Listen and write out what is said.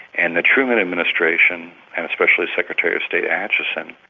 and the truman administration and especially secretary of state acheson,